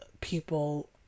people